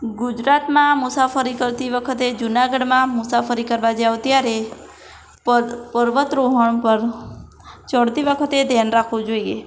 ગુજરાતમાં મુસાફરી કરતી વખતે જુનાગઢમાં મુસાફરી કરવા જાઓ ત્યારે પર પર્વત રોહણ પર ચડતી વખતે ધ્યાન રાખવું જોઈએ